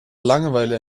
langeweile